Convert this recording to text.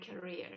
career